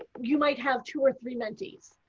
you might have two or three mentees.